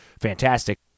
fantastic